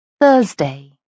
thursday